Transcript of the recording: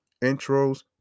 intros